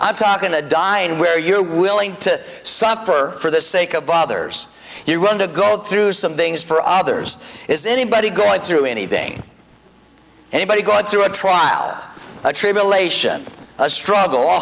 i'm talking a dying where you're willing to suffer for the sake of others you want to go through some things for others is anybody going through anything anybody going through a trial a tribulation a struggle